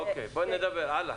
אוקיי, תמשיכי,